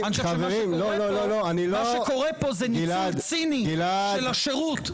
מה שקורה פה זה ניצול ציני של השירות.